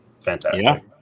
fantastic